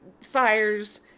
fires